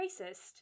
racist